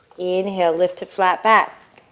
inhale, lift to flat back.